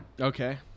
Okay